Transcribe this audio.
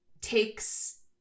takes